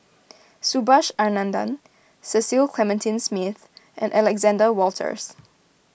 Subhas Anandan Cecil Clementi Smith and Alexander Wolters